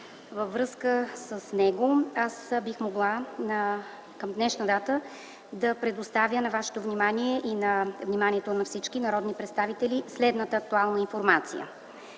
Във връзка с него аз бих могла към днешна дата да предоставя на Вашето внимание и на вниманието на всички народни представители следната актуална информация.